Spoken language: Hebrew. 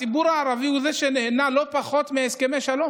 הציבור הערבי נהנה לא פחות מהסכמי שלום.